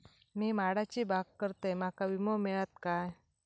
मी माडाची बाग करतंय माका विमो मिळात काय?